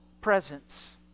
presence